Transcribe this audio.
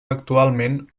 actualment